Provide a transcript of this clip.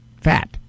fat